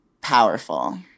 powerful